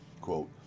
quote